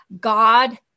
God